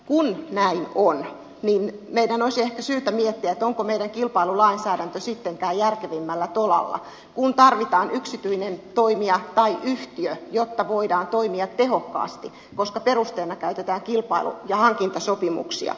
kun näin on niin meidän olisi ehkä syytä miettiä onko meidän kilpailulainsäädäntömme sittenkään järkevimmällä tolalla kun tarvitaan yksityinen toimija tai yhtiö jotta voidaan toimia tehokkaasti koska perusteena käytetään kilpailu ja hankintasopimuksia